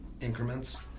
increments